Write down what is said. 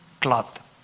cloth